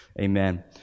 Amen